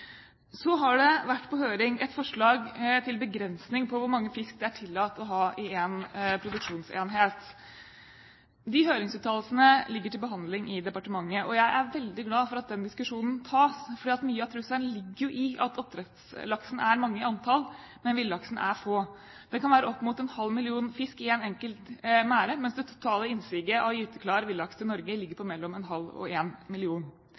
Så har det vært på høring et forslag til begrensning av hvor mange fisk det er tillatt å ha i en produksjonsenhet. De høringsuttalelsene ligger til behandling i departementet, og jeg er veldig glad for at den diskusjonen tas, for mye av trusselen ligger jo i at oppdrettslaksen er mange i antall, men villaksen er få. Det kan være opp mot ½ million fisk i en enkelt merd, mens det totale innsiget av gyteklar villaks til Norge ligger på mellom ½ og 1 million.